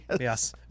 Yes